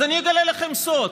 אז אני אגלה לכם סוד,